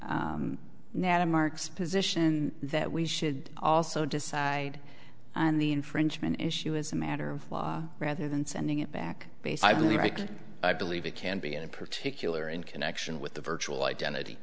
now to mark's position that we should also decide on the infringement issue as a matter of law rather than sending it back based i believe i believe it can be and in particular in connection with the virtual identity